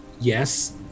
yes